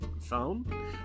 phone